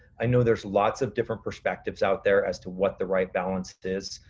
i know there's lots of different perspectives out there as to what the right balance is.